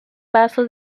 vasos